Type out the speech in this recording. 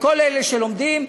לכל אלה שלומדים.